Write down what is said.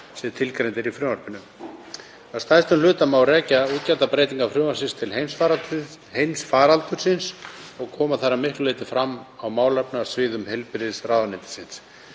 sem tilgreind eru í lögunum. Að stærstum hluta má rekja útgjaldabreytingar frumvarpsins til heimsfaraldursins og koma þær að miklu leyti fram á málefnasviðum heilbrigðisráðuneytisins.